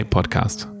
Podcast